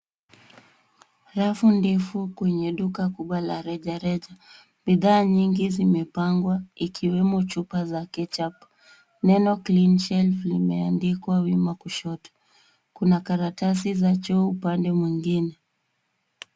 Rafu ndefu kwenye duka kubwa la rejareja. Bidhaa nyingi zimepangwa ikiwemo chupa za ketchup . Neno Cleanshelf limeandikwa wima kushoto. Kuna karatasi za choo upande mwingine.